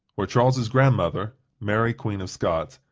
where charles's grandmother, mary queen of scots,